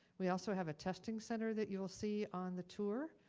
we also have a testing center that you'll see on the tour,